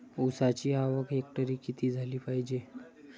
ऊसाची आवक हेक्टरी किती झाली पायजे?